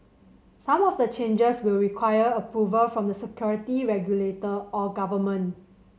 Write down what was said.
some of the changes will require approval from the security regulator or government